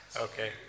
Okay